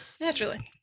Naturally